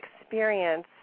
experience